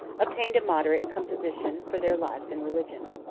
obtained a moderate composition for their lives and religion.